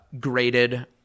graded